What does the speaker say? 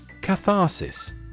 Catharsis